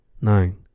Nine